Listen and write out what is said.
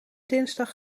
dinsdag